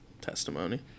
Testimony